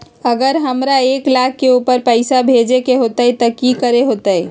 अगर हमरा एक लाख से ऊपर पैसा भेजे के होतई त की करेके होतय?